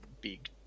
big